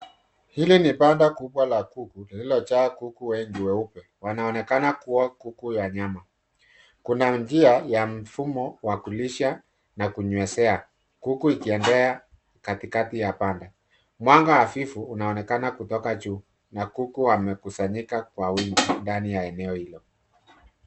Hili ni banda kubwa la kuku lililojaa kuku wengi weupe. Wanaonekana kuwa kuku ya nyama. Kuna njia ya mfumo wa kulisha na kunyweshea, kuku ikiendea katikati ya banda. Mwanga hafifu unaonekana kutoka juu na kuku wamekusanyika kwa wingi ndani ya eneo hilo.